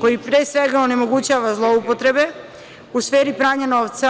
koji, pre svega, onemogućava zloupotrebe u sferi pranja novca.